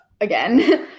Again